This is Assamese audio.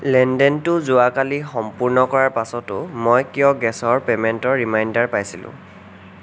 লেনদেনটো যোৱাকালি সম্পূৰ্ণ কৰাৰ পাছতো মই কিয় গেছৰ পে'মেণ্টৰ ৰিমাইণ্ডাৰ পাইছিলোঁ